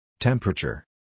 Temperature